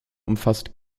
umfasst